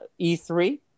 E3